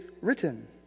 written